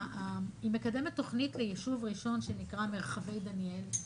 היא מקדמת תוכנית ליישוב ראשון שנקרא מרחבי דניאל,